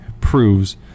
proves